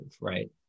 right